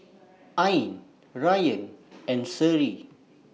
Ain Rayyan and Seri